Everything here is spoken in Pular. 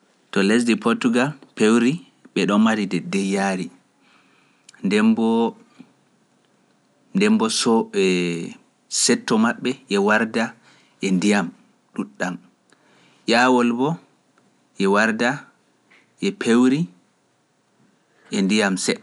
To lesdi Portugal pewri ɓe ɗo mari de deyyaari, ndembo soo e setto maɓɓe ye warda e ndiyam ɗuuɗɗam, ƴaawol bo ye warda ye pewri e ndiyam seɗ.